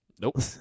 Nope